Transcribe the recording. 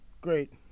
great